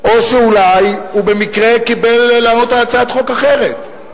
או שאולי הוא במקרה קיבל לענות על הצעת חוק אחרת.